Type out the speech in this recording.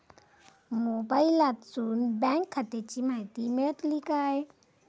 मोबाईलातसून बँक खात्याची माहिती मेळतली काय?